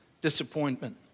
disappointment